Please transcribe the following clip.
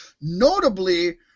notably